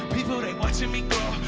people they watching me